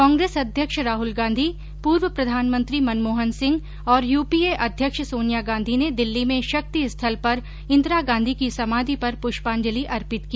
कांग्रेस अध्यक्ष राहुल गांधी पूर्व प्रधानमंत्री मनमोहन सिंह और यूपीए अध्यक्ष सोनिया गांधी ने दिल्ली में शक्ति स्थल पर इंदिरा गांधी की समाधि पर पुष्पांजलि अर्पित की